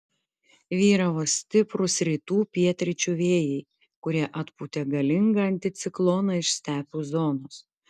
vyravo stiprūs rytų pietryčių vėjai kurie atpūtė galingą anticikloną iš stepių zonos